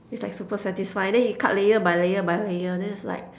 it's like super satisfying then you cut layer by layer by layer then it's like